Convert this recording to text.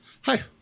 Hi